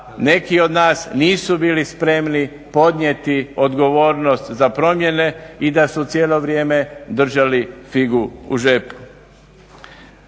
neki od nas nisu bili spremni podnijeti odgovornost za promjene i da su cijelo vrijeme držali figu u džepu.